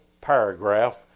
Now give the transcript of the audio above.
paragraph